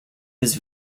his